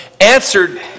answered